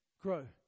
Grow